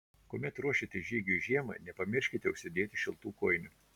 kuomet ruošiatės žygiui žiemą nepamirškite užsidėti šiltų kojinių